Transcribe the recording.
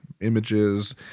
images